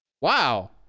wow